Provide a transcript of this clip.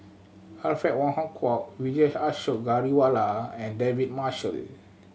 Alfred Wong Hong Kwok Vijesh Ashok Ghariwala and David Marshall